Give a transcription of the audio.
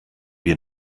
wir